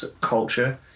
culture